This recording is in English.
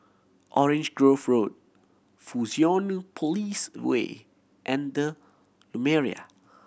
Orange Grove Road Fusionopolis Way and The Lumiere